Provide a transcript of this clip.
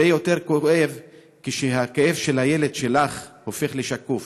הרבה יותר כואב כשהכאב של הילד שלך הופך לשקוף.